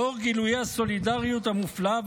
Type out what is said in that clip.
לאור גילויי הסולידריות המופלאה,